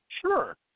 Sure